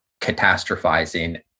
catastrophizing